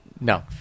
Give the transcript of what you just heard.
No